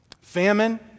famine